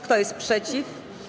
Kto jest przeciw?